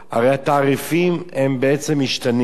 הרי התעריפים בעצם משתנים.